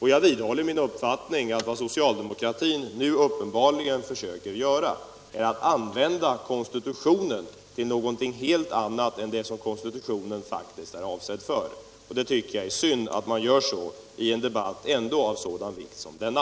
Jag vidhåller min uppfattning att vad socialdemokratin nu uppenbarligen försöker göra är att använda konstitutionen till något helt annat än det konstitutionen faktiskt är avsedd för. Och jag tycker det är synd att de gör så i en debatt av sådan vikt som denna.